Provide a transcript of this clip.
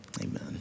Amen